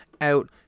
out